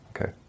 Okay